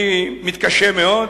אני מתקשה מאוד